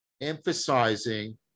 emphasizing